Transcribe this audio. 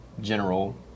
general